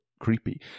creepy